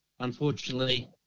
Unfortunately